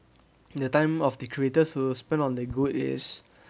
the time of the creators who spent on the good is